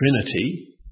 Trinity